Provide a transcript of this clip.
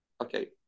Okay